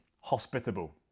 hospitable